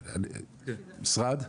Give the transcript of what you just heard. מאיזה משרד אתה?